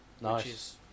Nice